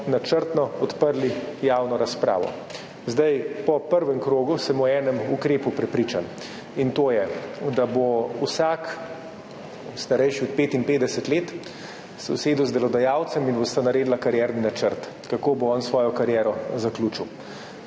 načrtno odprli javno razpravo. Po prvem krogu sem o enem ukrepu prepričan, in to je, da se bo vsak starejši od 55 let usedel z delodajalcem in bosta naredila karierni načrt, kako bo on zaključil